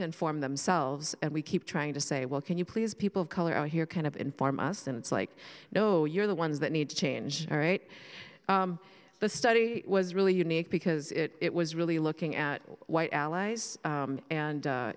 to inform themselves and we keep trying to say well can you please people of color i hear kind of inform us and it's like no you're the ones that need to change all right the study was really unique because it was really looking at white allies and